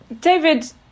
David